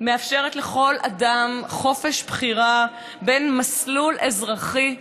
מאפשרת לכל אדם חופש בחירה בין מסלול אזרחי,